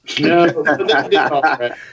No